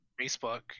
Facebook